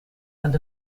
and